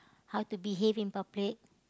how to behave in public